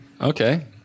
okay